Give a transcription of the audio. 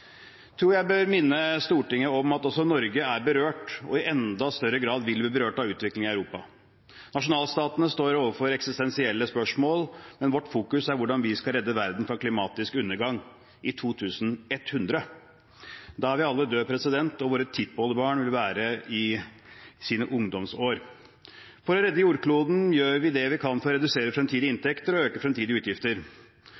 tror jeg bør minne Stortinget om at også Norge er berørt, og i enda større grad vil bli berørt av utviklingen i Europa. Nasjonalstatene står overfor eksistensielle spørsmål, men vårt fokus er hvordan vi skal redde verden fra klimatisk undergang – i 2100. Da er vi alle døde, og våre tippoldebarn vil være i sine ungdomsår. For å redde jordkloden gjør vi det vi kan for å redusere fremtidige